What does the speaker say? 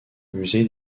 musée